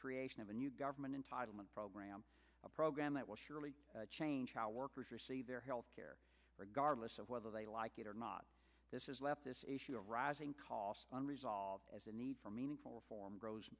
creation of a new government entitlement program a program that will surely change how workers receive their health care regardless of whether they like it or not this is left this issue of rising costs unresolved as the need for meaningful reform grows